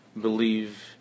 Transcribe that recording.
believe